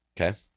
Okay